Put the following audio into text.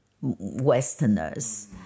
Westerners